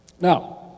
Now